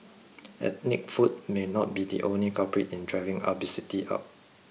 ethnic food may not be the only culprit in driving obesity up